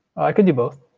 i can do both.